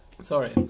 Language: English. Sorry